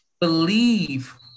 believe